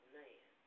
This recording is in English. man